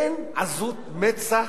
אין עזות מצח,